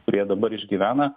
kurie dabar išgyvena